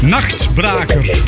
Nachtbraker